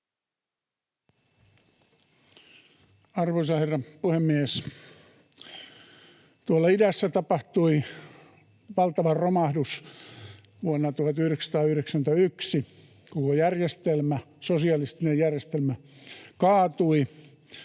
Arvoisa herra puhemies! Tuolla idässä tapahtui valtava romahdus vuonna 1991. Koko järjestelmä, sosialistinen järjestelmä, kaatui,